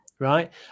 right